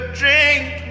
drink